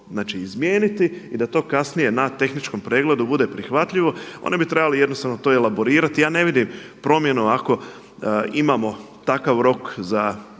izmijeniti i da to kasnije na tehničkom pregledu bude prihvatljivo. Oni bi trebali jednostavno to elaborirati i ja ne vidim promjenu ako imamo takav rok za